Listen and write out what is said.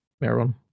Meron